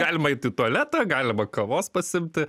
galima eit į tualetą galima kavos pasiimti